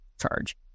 charge